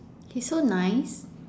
he's so nice